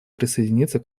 присоединиться